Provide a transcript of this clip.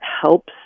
helps